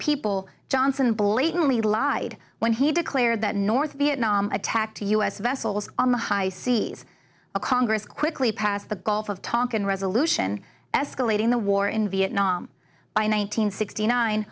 people johnson blatantly lied when he declared that north vietnam attacked us vessels on the high seas a congress quickly passed the gulf of tonkin resolution escalating the war in vietnam by nine hundred sixty nine